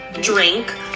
drink